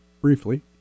briefly